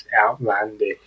outlandish